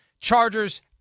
Chargers